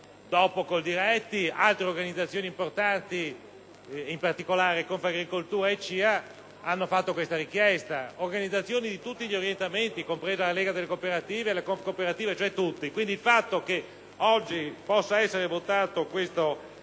Dopo Coldiretti altre organizzazioni importanti, in particolare Confagricoltura e CIA, hanno fatto questa richiesta, anche organizzazioni di tutti gli orientamenti, comprese la Lega delle cooperative e la Confcooperative. Ritengo, quindi, che il fatto che oggi possa essere accolto questo